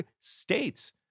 states